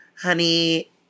Honey